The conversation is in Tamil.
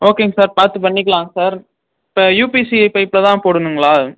ஓகேங்க சார் பார்த்து பண்ணிக்கலாம் சார் இப்போ யூபிசி பைப்பில் தான் போடணுங்களா